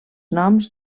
noms